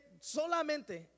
solamente